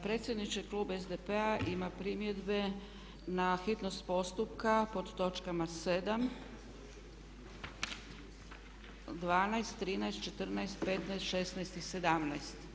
Predsjedniče, klub SDP-a ima primjedbe na hitnost postupka pod točkama 7., 12., 13., 14., 15., 16. i 17.